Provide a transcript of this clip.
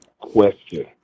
question